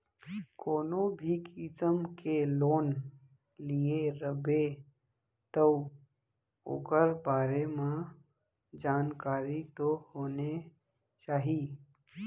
कोनो भी किसम के लोन लिये रबे तौ ओकर बारे म जानकारी तो होने चाही